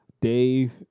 Dave